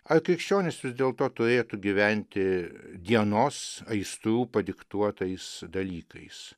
ar krikščionys vis dėlto turėtų gyventi dienos aistrų padiktuotais dalykais